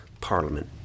Parliament